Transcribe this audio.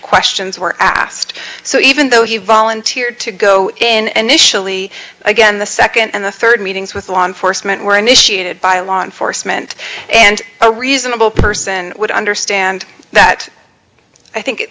questions were asked so even though he volunteered to go in and initially again the second and the third meetings with law enforcement were initiated by law enforcement and a reasonable person would understand that i think